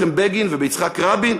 במנחם בגין וביצחק רבין,